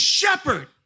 shepherd